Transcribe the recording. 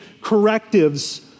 correctives